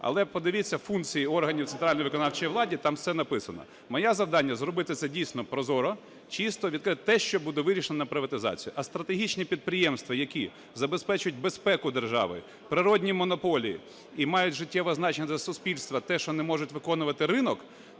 Але подивіться функції органів центральної виконавчої влади, там все написано. Моє завдання – зробити це дійсно прозоро, чисто, відкрито, те, що буде вирішено на приватизації. А стратегічні підприємства, які забезпечують безпеку держави, природні монополії і мають життєве значення для суспільства, те, що не може виконувати ринок,